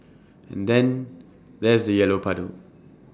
and then there's the yellow puddle